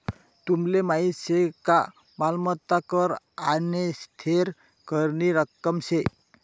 तुमले माहीत शे का मालमत्ता कर आने थेर करनी रक्कम शे